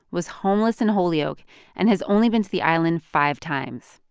was homeless in holyoke and has only been to the island five times.